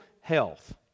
health